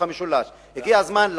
רבותי?